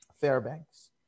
Fairbanks